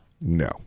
No